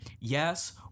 Yes